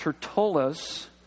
Tertullus